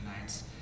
nights